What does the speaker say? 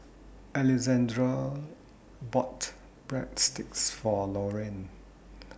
Alexandre bought Breadsticks For Loriann